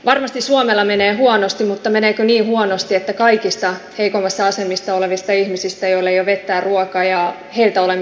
varmasti suomella menee huonosti mutta meneekö niin huonosti että kaikista heikoimmassa asemassa olevilta ihmisiltä joilla ei ole vettä ruokaa olemme ottamassa pois